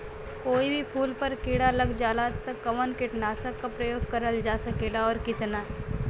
कोई भी फूल पर कीड़ा लग जाला त कवन कीटनाशक क प्रयोग करल जा सकेला और कितना?